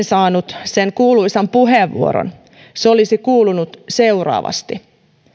saanut sen kuuluisan puheenvuoron se olisi kuulunut seuraavasti